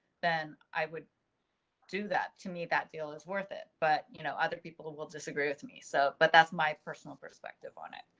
then i would do that to meet that deal is worth it, but you know other people will will disagree with me. so, but that's my personal perspective on it.